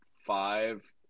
five